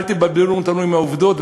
אל תבלבלו אותנו עם העובדות,